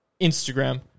Instagram